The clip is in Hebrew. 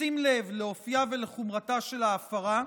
בשים לב לאופייה ולחומרתה של ההפרה,